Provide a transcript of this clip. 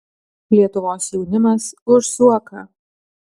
lietuvos jaunimas už zuoką